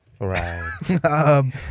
right